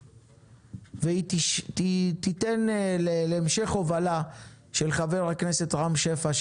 והיא תיתן להמשך ההובלה של חבר הכנסת רם שפע,